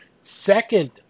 second